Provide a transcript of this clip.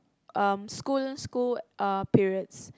um school school uh periods